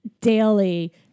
daily